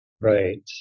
right